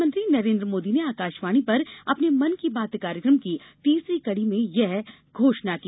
प्रधानमंत्री नरेंद्र मोदी ने आकाशवाणी पर अपने मन की बात कार्यक्रम की तीसरी कड़ी में कल यह घोषणा की